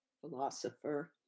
philosopher